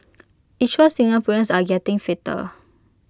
IT shows Singaporeans are getting fitter